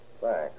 Thanks